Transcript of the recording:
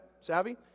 Savvy